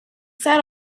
sat